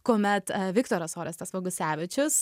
kuomet viktoras orestas vagusevičius